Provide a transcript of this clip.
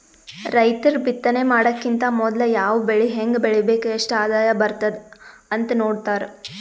ರೈತರ್ ಬಿತ್ತನೆ ಮಾಡಕ್ಕಿಂತ್ ಮೊದ್ಲ ಯಾವ್ ಬೆಳಿ ಹೆಂಗ್ ಬೆಳಿಬೇಕ್ ಎಷ್ಟ್ ಆದಾಯ್ ಬರ್ತದ್ ಅಂತ್ ನೋಡ್ತಾರ್